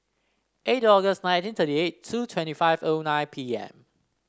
eight August nineteen thirty eight two twenty five O nine P M